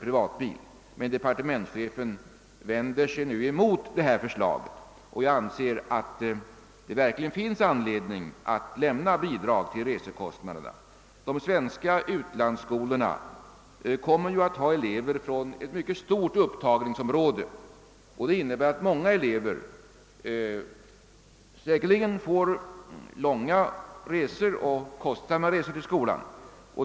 Men departementschefen vänder sig mot detta förslag. Jag anser att det verkligen finns anledning att lämna bidrag till resekostnaderna. De svenska utlandsskolorna kommer att ha elever från ett mycket stort upptagningsområde, vilket innebär att många elever säkerligen får långa och kostsamma resor till skolan.